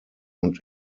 und